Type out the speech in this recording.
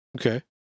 Okay